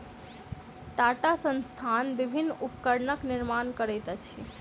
टाटा संस्थान विभिन्न उपकरणक निर्माण करैत अछि